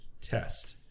test